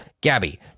Gabby